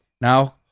now